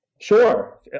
Sure